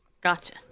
Gotcha